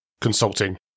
consulting